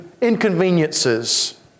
inconveniences